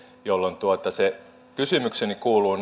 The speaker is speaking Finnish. jolloin se kysymykseni kuuluu